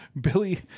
Billy